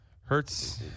Hurts